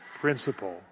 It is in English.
principle